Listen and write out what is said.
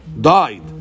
died